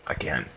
again